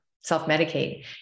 self-medicate